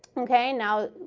okay? now,